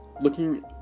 looking